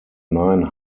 nine